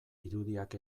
irudiak